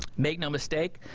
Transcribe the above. make no mistake,